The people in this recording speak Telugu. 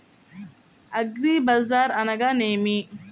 అగ్రిబజార్ అనగా నేమి?